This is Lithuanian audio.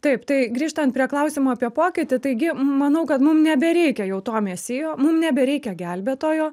taip tai grįžtant prie klausimo apie pokytį taigi manau kad mum nebereikia jau to mesijo mum nebereikia gelbėtojo